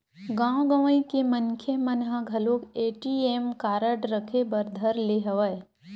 गाँव गंवई के मनखे मन ह घलोक ए.टी.एम कारड रखे बर धर ले हवय